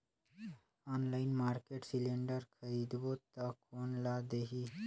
Online market cylinder खरीदबो ता कोन ला देही?